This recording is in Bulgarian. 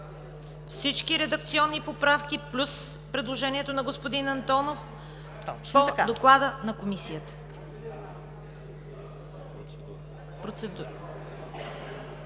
Всички редакционни поправки плюс предложението на господин Антонов по доклада на Комисията. ПРЕДСЕДАТЕЛ